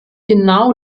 genau